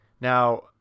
Now